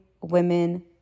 women